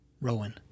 Rowan